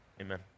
amen